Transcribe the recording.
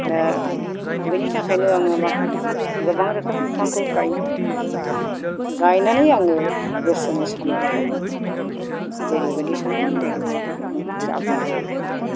दा बिनि थाखायनो आङो माबा गोबां रोखोमनि बिफांखौ गायो गायनानै आङो गोसोनि साननायखौ जेरैबायदि सानदों एरैबायदि आङो जाफुंसार होयो